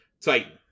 Titan